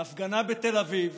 בהפגנה בתל אביב